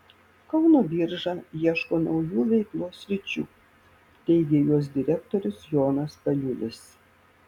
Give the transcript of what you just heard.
kauno birža ieško naujų veiklos sričių teigė jos direktorius jonas paliulis